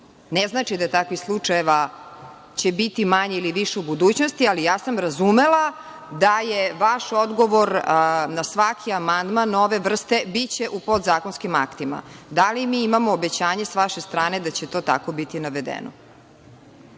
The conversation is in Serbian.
znači da će takvih slučajeva biti manje ili više u budućnosti, ali ja sam razumela da je vaš odgovor na svaki amandman ove vrste – biće u podzakonskim aktima. Da li mi imamo obećanje sa vaše strane da će to tako biti navedeno? Da.